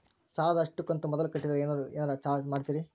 ಸಾಲದ ಅಷ್ಟು ಕಂತು ಮೊದಲ ಕಟ್ಟಿದ್ರ ಏನಾದರೂ ಏನರ ಚಾರ್ಜ್ ಮಾಡುತ್ತೇರಿ?